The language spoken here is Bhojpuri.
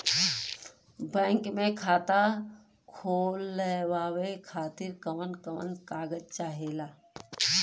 बैंक मे खाता खोलवावे खातिर कवन कवन कागज चाहेला?